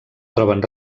troben